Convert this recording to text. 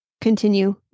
continue